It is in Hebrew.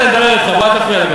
חכה, אני הולך לדבר אתך, אל תפריע.